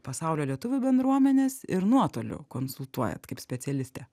pasaulio lietuvių bendruomenes ir nuotoliu konsultuojat kaip specialistė